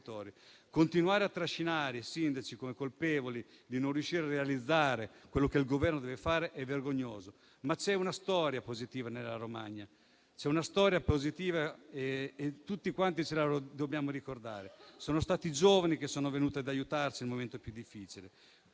Continuare a considerare i sindaci come colpevoli di non riuscire a realizzare quello che il Governo deve fare è vergognoso. C'è però una storia positiva nella Romagna e tutti la dobbiamo ricordare: sono stati i giovani che sono venuti ad aiutarci nel momento più difficile;